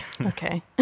Okay